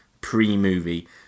pre-movie